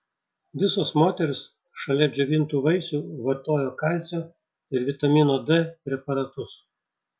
visos moterys šalia džiovintų vaisių vartojo kalcio ir vitamino d preparatus